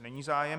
Není zájem.